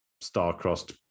star-crossed